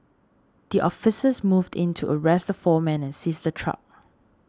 the officers moved in to arrest the four men and seize the truck